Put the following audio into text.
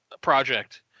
project